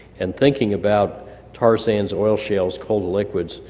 and thinking about tar sands, oil shells, coal-to-liquids,